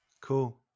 Cool